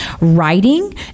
writing